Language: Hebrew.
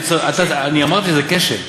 אני אמרתי שזה כשל.